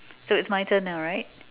so it's my turn now right